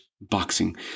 boxing